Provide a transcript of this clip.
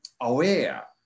aware